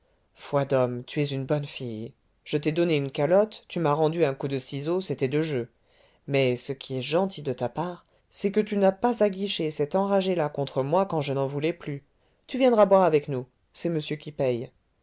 foi d'homme tu es une bonne fille je t'ai donné une calotte tu m'as rendu un coup de ciseaux c'était de jeu mais ce qui est gentil de ta part c'est que tu n'as pas aguiché cet enragé là contre moi quand je n'en voulais plus tu viendras boire avec nous c'est monsieur qui paye